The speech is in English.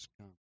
come